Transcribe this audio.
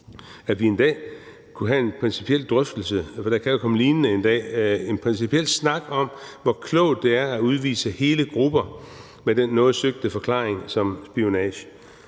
at vi en dag kunne have en principiel drøftelse, for der kan jo ske noget lignende en dag, af, hvor klogt det er at udvise hele grupper med den noget søgte forklaring, som spionage